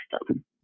system